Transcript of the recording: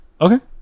Okay